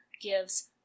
gives